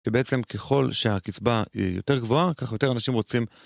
ובעצם ככל שהקצבה היא יותר גבוהה, ככה יותר אנשים רוצים.